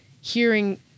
hearing